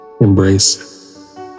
embrace